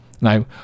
Now